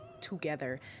together